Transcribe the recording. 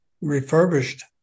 refurbished